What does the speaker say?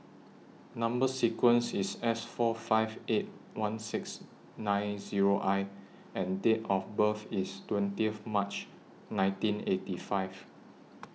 Number sequence IS S four five eight one six nine Zero I and Date of birth IS twentieth March nineteen eighty five